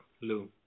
Lou